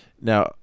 Now